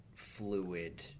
fluid